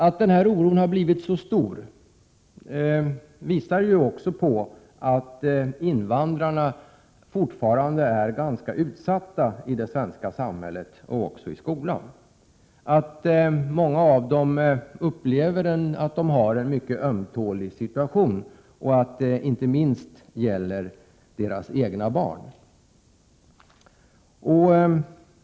Att denna oro har blivit så stark visar också att invandrarna fortfarande är ganska utsatta i det svenska samhället och också i skolan. Många av dem upplever att deras situation är mycket ömtålig och att det inte minst gäller deras egna barn.